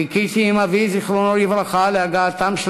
חיכיתי עם אבי זיכרונו לברכה להגעתם של